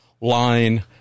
Line